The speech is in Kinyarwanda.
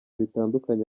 bitandukanye